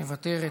מוותרת,